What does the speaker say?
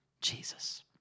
Jesus